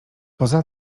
poza